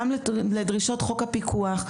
גם לדרישות חוק הפיקוח,